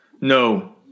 No